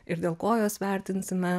ir dėl ko juos vertinsime